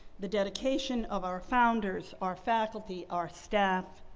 the dedication of our founders, our faculty, our staff.